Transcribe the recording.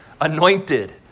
anointed